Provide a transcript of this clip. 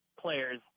players